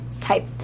type